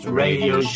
radio